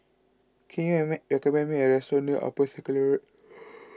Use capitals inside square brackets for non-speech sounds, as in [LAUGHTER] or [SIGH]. can you remake recommend me a restaurant near Upper Circular [NOISE]